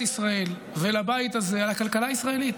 ישראל ולבית הזה על הכלכלה הישראלית.